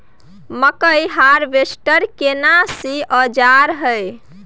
मकई हारवेस्टर केना सी औजार हय?